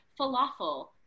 falafel